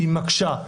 היא מקשה.